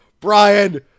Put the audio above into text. brian